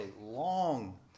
long